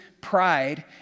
pride